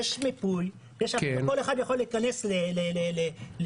יש מיפוי וכל אחד יכול להיכנס לגוגל,